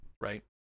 right